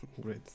great